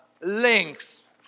links